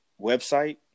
website